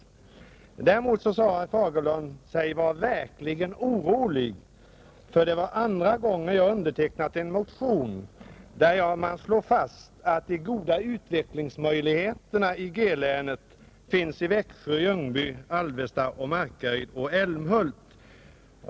Däremot sade herr Fagerlund sig vara verkligt orolig, för det var andra gången jag undertecknat en motion vari slås fast att de goda utvecklingsmöjligheterna i G-länet finns i Växjö, Ljungby, Alvesta, Markaryd och Älmhult.